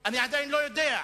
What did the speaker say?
אני עדיין לא יודע,